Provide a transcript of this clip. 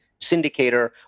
syndicator